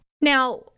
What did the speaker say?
Now